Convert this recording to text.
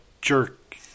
jerk